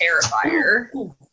Terrifier